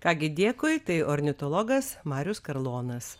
ką gi dėkui tai ornitologas marius karlonas